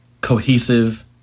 cohesive